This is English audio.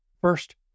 First